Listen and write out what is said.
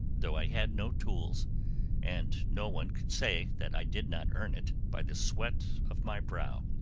though i had no tools and no one could say that i did not earn it, by the sweat of my brow.